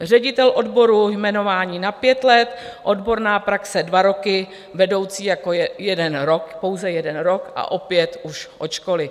Ředitel odboru jmenování na pět let, odborná praxe dva roky, vedoucí jako jeden rok, pouze jeden rok a opět už od školy.